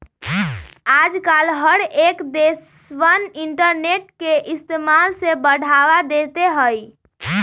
आजकल हर एक देशवन इन्टरनेट के इस्तेमाल से बढ़ावा देते हई